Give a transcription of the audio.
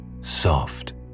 Soft